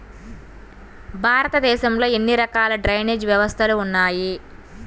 భారతదేశంలో ఎన్ని రకాల డ్రైనేజ్ వ్యవస్థలు ఉన్నాయి?